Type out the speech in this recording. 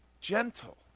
gentle